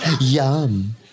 Yum